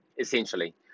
essentially